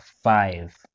five